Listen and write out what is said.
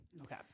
Okay